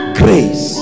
grace